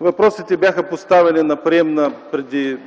Въпросите бяха поставени на приемна преди